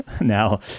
now